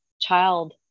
child